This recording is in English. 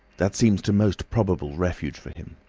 that seems the most probable refuge for him,